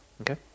Okay